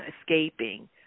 escaping